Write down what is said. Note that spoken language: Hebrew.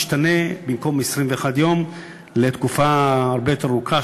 זה משתנה מ-21 יום לתקופה הרבה יותר ארוכה,